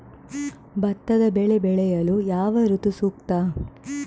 ಭತ್ತದ ಬೆಳೆ ಬೆಳೆಯಲು ಯಾವ ಋತು ಸೂಕ್ತ?